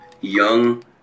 young